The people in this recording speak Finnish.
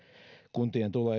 kuntien tulee